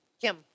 Kim